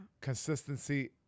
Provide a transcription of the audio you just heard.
Consistency